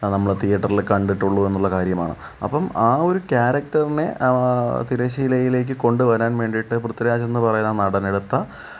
നമ്മൾ തീയേറ്ററിൽ കണ്ടിട്ടുള്ളു എന്നുള്ള കാര്യമാണ് അപ്പം ആ ഒരു കേരക്ടറിനെ തിരശീലയിലേക്ക് കൊണ്ട് വരാൻ വേണ്ടീട്ട് പൃത്വിരാജ് എന്ന് പറയുന്ന നടനെടുത്ത